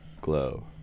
glow